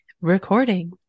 recording